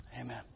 Amen